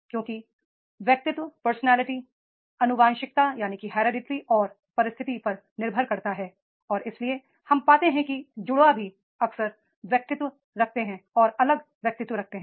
क्योंकि personality hereditary और परिस्थिति पर निर्भर करता है और इसीलिए हम पाते हैं कि जुड़वाँ भी अलग पर्सनालिटी रखते हैं